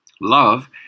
Love